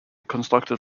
constructed